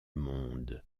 monde